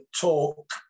talk